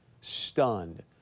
stunned